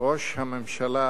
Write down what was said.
ראש הממשלה